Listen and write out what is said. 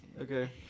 Okay